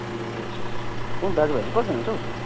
ए अच्छा अच्छा कोनि दाजुभाइ चाहिँ कतिजना छ हौ उसको